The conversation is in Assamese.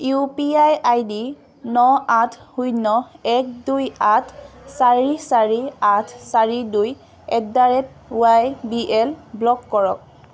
U P I I D ন আঠ শূন্য এক দুই আঠ চাৰি চাৰি আঠ চাৰি দুই at the rate Y B L block কৰক